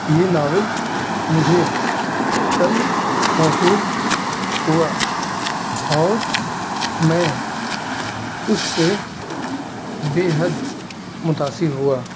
یہ ناول مجھے کل موصول ہوا اور میں اس سے بےحد متاثر ہوا